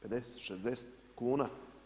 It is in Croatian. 50, 60 kuna.